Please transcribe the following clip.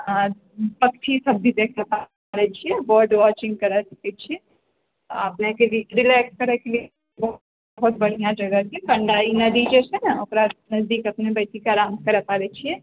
आर पक्षी सब भी देखि पाबै छिऐ बर्ड वाचिङ्ग करए सकै छी अपनेके रिलेक्स करैके बहुत बढ़िआँ जगह छै गण्डाइ नदी जे छै ने ओकरा नजदीक अपने बैस कऽ आराम करै पाबै छिऐ